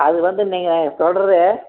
அது வந்து நீங்கள் சொல்கிறது